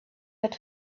had